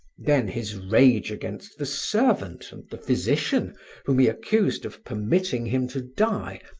then his rage against the servant and the physician whom he accused of permitting him to die,